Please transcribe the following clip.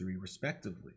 respectively